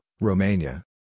Romania